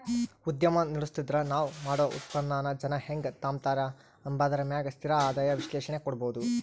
ಉದ್ಯಮ ನಡುಸ್ತಿದ್ರ ನಾವ್ ಮಾಡೋ ಉತ್ಪನ್ನಾನ ಜನ ಹೆಂಗ್ ತಾಂಬತಾರ ಅಂಬಾದರ ಮ್ಯಾಗ ಸ್ಥಿರ ಆದಾಯ ವಿಶ್ಲೇಷಣೆ ಕೊಡ್ಬೋದು